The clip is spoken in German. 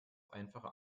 einfache